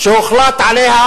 שהוחלט עליה,